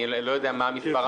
אני לא יודע מה המספר המדויק.